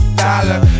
dollar